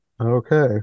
Okay